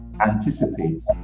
anticipate